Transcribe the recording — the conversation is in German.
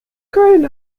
köln